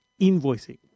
invoicing